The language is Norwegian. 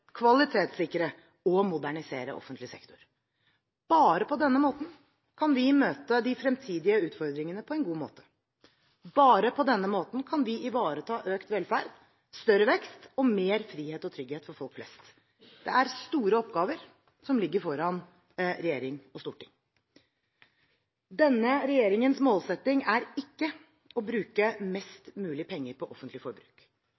kvalitetssikre og modernisere offentlig sektor. Bare på denne måten kan vi møte de fremtidige utfordringene på en god måte. Bare på denne måten kan vi ivareta økt velferd, større vekst og mer frihet og trygghet for folk flest. Det er store oppgaver som ligger foran regjering og storting. Denne regjeringens målsetting er ikke å bruke mest mulig penger på offentlig forbruk.